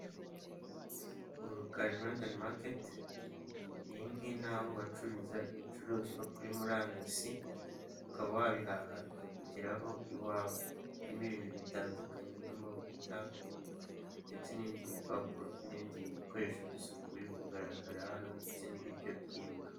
Mu rurukari redani maketi ni aho bacururiza ibicuruzwa kuri murandasi ukaba wabihaha bikakugeraho iwawe harimo ibintu bitandukanye nk'amavuta ndetse n'ibindi bipapuro n'ibindi bikoresho by'isuku biri kugaragara hano ndetse n'ibiryo by'imbwa.